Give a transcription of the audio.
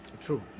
True